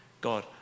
god